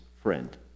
friend